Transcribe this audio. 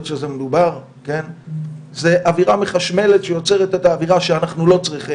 שזה מדובר זו אווירה מחשמלת שיוצרת את האווירה שאנחנו לא צריכים.